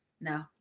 No